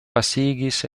pasigis